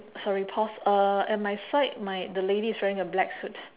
sorry pause uh at my side my the lady is wearing a black suit